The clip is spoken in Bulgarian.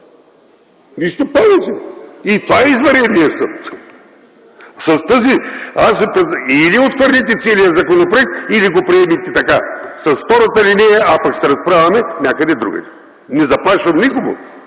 Нищо повече, и това е извънредният съд! Или отхвърлете целия законопроект, или го приемете така – с втората алинея, а пък ще се разправяме някъде другаде. Не заплашвам никого.